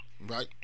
Right